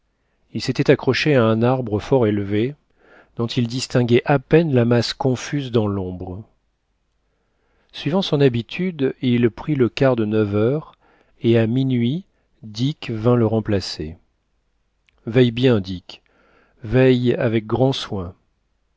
il s'était accroché à un arbre fort élevé dont il distinguait à peine la masse confuse dans l'ombre suivant son habitude il prit le quart de neuf heures et à minuit dick vint le remplacer veille bien dick veille avec grand soin